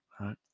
right